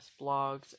blogs